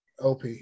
Op